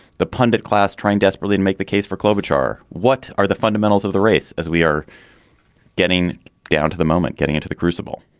the pundit class trying desperately to and make the case for klobuchar. what are the fundamentals of the race as we are getting down to the moment, getting into the crucible?